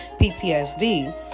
PTSD